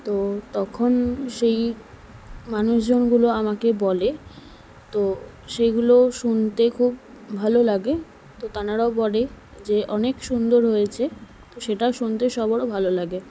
তো তখন সেই মানুষজনগুলো আমাকে বলে তো সেইগুলো শুনতে খুব ভালো লাগে তো তানারাও বলে যে অনেক সুন্দর হয়েছে তো সেটা শুনতে সবারও ভালো লাগে